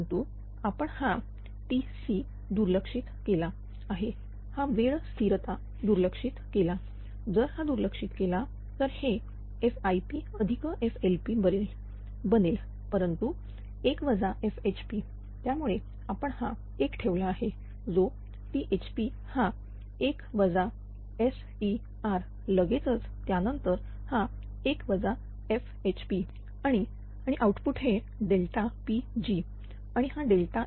परंतु आपण हा Tc दुर्लक्षित केला आहे हा वेळ दुर्लक्षित केला जर हा दुर्लक्षित केला तर हे FIPFLP बनेल परंतु 1 FHP त्यामुळे आपण हा 1 ठेवला आहे जो THP हा 1 STr लगेचच याच्यानंतर हा 1 FHP आणि आणि आऊटपुट हे Pg आणि हा E